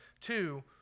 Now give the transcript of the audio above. Two